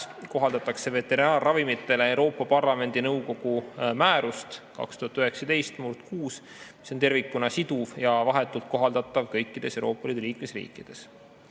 kohaldatud veterinaarravimitele Euroopa Parlamendi ja nõukogu määrust (EL) 2019/6. See on tervikuna siduv ja vahetult kohaldatav kõikides Euroopa Liidu liikmesriikides.